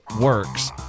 works